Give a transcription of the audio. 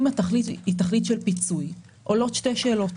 אם התכלית היא של פיצוי אז עולות שתי שאלות.